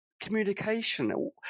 Communication